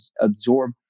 absorb